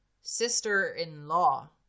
sister-in-law